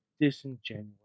disingenuous